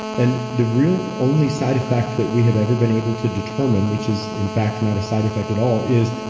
and the real only side effect that we have ever been able to determine, which is in fact not a side effect at all is,